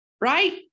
right